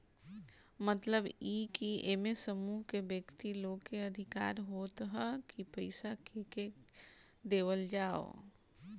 मतलब इ की एमे समूह के व्यक्ति लोग के अधिकार होत ह की पईसा केके देवल जाओ